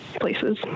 places